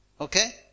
Okay